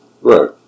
Right